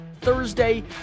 Thursday